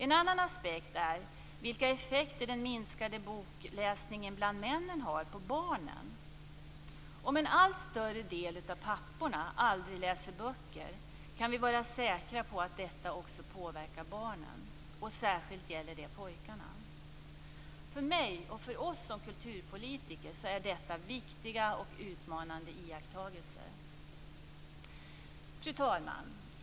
Vilka effekter har den minskade bokläsningen bland männen på barnen? Om en allt större del av papporna aldrig läser böcker kan vi vara säkra på att detta också påverkar barnen, och särskilt gäller det pojkarna. För mig och för oss som kulturpolitiker är detta viktiga och utmanande iakttagelser. Fru talman!